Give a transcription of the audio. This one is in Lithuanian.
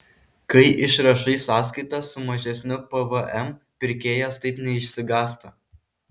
kai išrašai sąskaitą su mažesniu pvm pirkėjas taip neišsigąsta